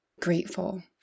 grateful